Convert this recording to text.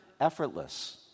effortless